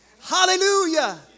hallelujah